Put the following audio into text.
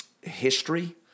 history